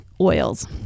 oils